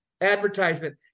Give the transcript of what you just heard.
advertisement